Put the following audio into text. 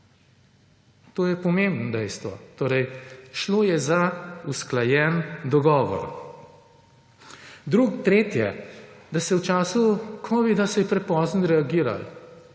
To je pomembno dejstvo. Torej, šlo je za usklajen dogovor. Tretje, da v času kovida se je prepozno reagiralo.